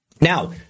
Now